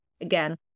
again